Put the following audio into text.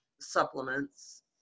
supplements